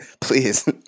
please